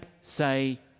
say